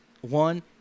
One